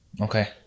Okay